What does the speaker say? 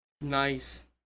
Nice